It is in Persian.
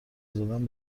زدن